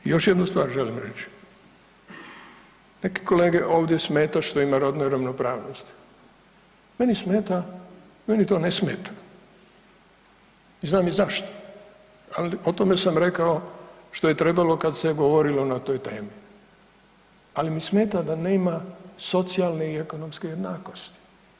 I još jednu stvar želim reći, neke kolege ovdje smeta što ima rodne ravnopravnosti, meni to ne smeta, znam i zašto, ali o tome sam rekao što je trebalo kada se je govorilo na toj temi, ali mi smeta da nema socijalne i ekonomske jednakosti.